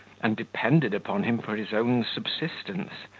and depended upon him for his own subsistence,